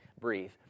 breathe